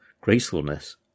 gracefulness